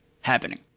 happening